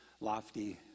lofty